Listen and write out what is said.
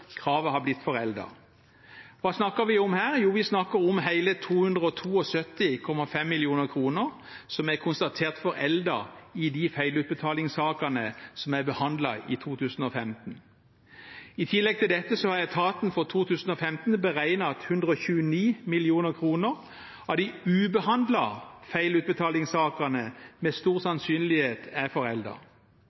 kravet har blitt foreldet. Hva snakker vi om her? Jo, vi snakker om hele 272,5 mill. kr som er konstatert foreldet i de feilutbetalingssakene som er behandlet i 2015. I tillegg til dette har etaten for 2015 beregnet at 129 mill. kr av de ubehandlede feilutbetalingssakene med stor sannsynlighet er